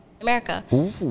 America